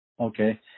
Okay